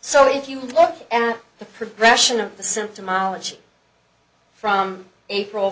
so if you look at the progression of the symptomology from april